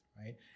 right